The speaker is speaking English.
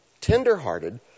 tender-hearted